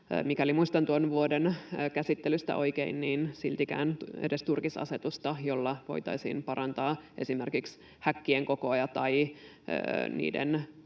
mikäli muistan tuon käsittelyn vuoden oikein — ja siltikään edes tuota turkisasetusta, jolla voitaisiin parantaa esimerkiksi häkkien kokoja tai niiden